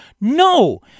No